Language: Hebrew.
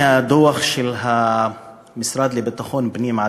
מהדוח של המשרד לביטחון פנים,